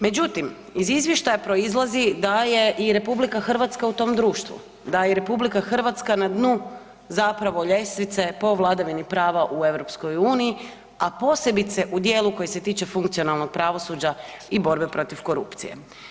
Međutim, iz izvještaja proizlazi da je i RH u tom društvu, da je RH na dnu ljestvice po vladavini prava u EU, a posebice u dijelu koji se tiče funkcionalnog pravosuđa i borbe protiv korupcije.